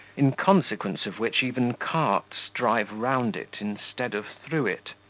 in consequence of which even carts drive round it instead of through it.